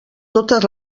totes